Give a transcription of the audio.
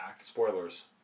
Spoilers